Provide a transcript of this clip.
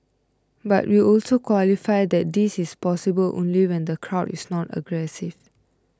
but we also qualify that this is possible only when the crowd is not aggressive